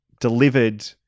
delivered